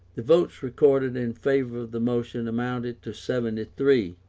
the votes recorded in favour of the motion amounted to seventy three